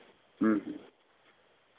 ᱦᱮᱸ ᱦᱮᱸ